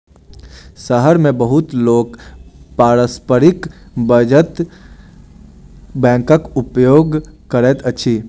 शहर मे बहुत लोक पारस्परिक बचत बैंकक उपयोग करैत अछि